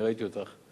אני ראיתי אותך,